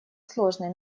сложный